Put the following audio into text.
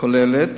כוללת